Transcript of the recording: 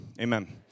amen